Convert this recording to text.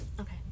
Okay